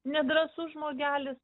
nedrąsus žmogelis